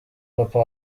papa